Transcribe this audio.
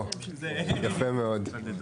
יפה מאוד.